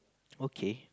okay